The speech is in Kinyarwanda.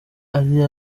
ari